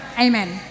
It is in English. amen